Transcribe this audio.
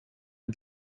ein